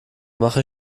mache